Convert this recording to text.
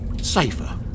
Safer